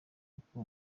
uko